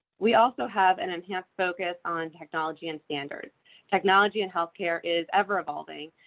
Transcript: we also have an enhanced focus on technology and standards technology and healthcare is ever evolving,